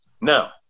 Now